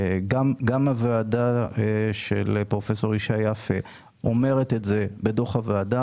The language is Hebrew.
גם הוועדה של פרופ' ישי יפה אומרת את זה בדוח הוועדה,